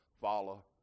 follow